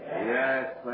Yes